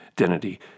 identity